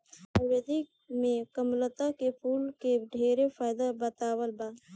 आयुर्वेद में कामलता के फूल के ढेरे फायदा बतावल बा